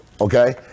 okay